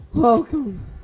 Welcome